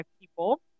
people